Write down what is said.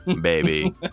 baby